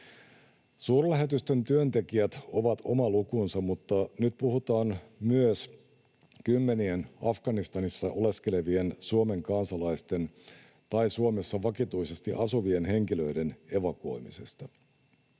Suurlähetystön työntekijät ovat oma lukunsa, mutta nyt puhutaan myös kymmenien Afganistanissa oleskelevien Suomen kansalaisten tai Suomessa vakituisesti asuvien henkilöiden evakuoimisesta.